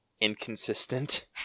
inconsistent